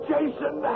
Jason